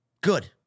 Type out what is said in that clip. Good